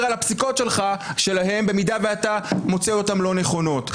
על הפסיקות שלהם במידה ואתה מוצא אותן לא נכונות.